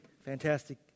fantastic